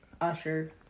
Usher